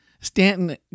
Stanton